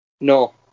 No